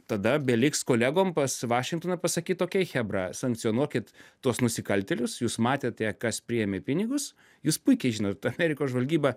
tada beliks kolegom pas vašingtoną pasakyt okei chebra sankcionuokit tuos nusikaltėlius jūs matėte kas priėmė pinigus jūs puikiai žinot amerikos žvalgyba